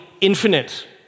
infinite